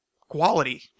quality